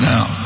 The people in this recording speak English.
Now